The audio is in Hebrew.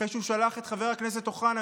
אחרי שהוא שלח את חבר הכנסת אוחנה,